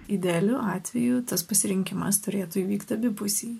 idealiu atveju tas pasirinkimas turėtų įvykti abipusiai